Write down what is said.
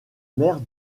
maire